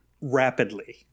rapidly